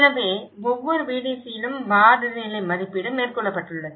எனவே ஒவ்வொரு VDCயிலும் வார்டு நிலை மதிப்பீடு மேற்கொள்ளப்பட்டுள்ளது